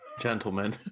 Gentlemen